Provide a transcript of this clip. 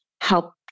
help